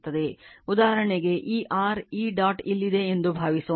ಉದಾಹರಣೆಗೆ ಈ r ಈ ಡಾಟ್ ಇಲ್ಲಿದೆ ಎಂದು ಭಾವಿಸೋಣ